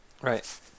right